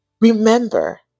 remember